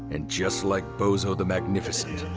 and just like bozo, the magnificent,